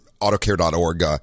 AutoCare.org